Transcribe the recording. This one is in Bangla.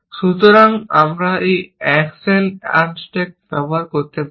সুতরাং আমরা একটি অ্যাকশন আনস্ট্যাক ব্যবহার করতে পারি